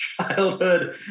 childhood